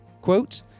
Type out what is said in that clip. quote